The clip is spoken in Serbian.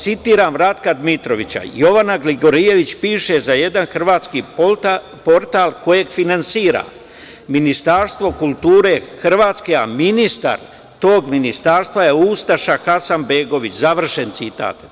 Citiram Ratka Dmitrovića – Jovana Gligorijević piše za jedan hrvatski portal kojeg finansira Ministarstvo kulture Hrvatske, a ministar tog ministarstva je ustaša Hasanbegović, završen citat.